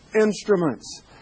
instruments